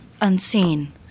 unseen